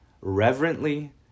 reverently